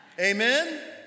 Amen